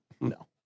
No